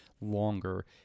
longer